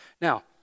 Now